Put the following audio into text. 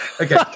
Okay